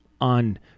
on